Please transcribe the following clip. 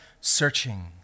searching